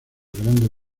grande